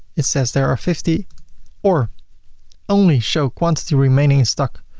it says there are fifty or only show quantity remaining in stock.